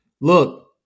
Look